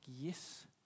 yes